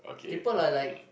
people are like